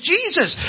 Jesus